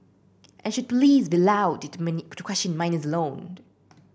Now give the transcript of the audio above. and should police be allowed did to many to question minors alone